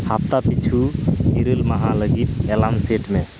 ᱦᱟᱯᱛᱟ ᱯᱤᱪᱷᱩ ᱤᱨᱟᱹᱞ ᱢᱟᱦᱟ ᱞᱟ ᱜᱤᱫ ᱮᱞᱟᱢ ᱥᱮᱴ ᱢᱮ